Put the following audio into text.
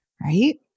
Right